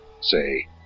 say